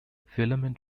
filament